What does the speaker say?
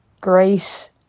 Grace